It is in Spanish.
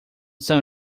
san